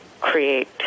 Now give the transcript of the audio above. create